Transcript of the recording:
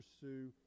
pursue